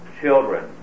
children